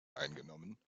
eingenommen